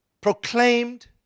proclaimed